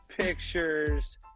pictures